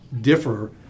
differ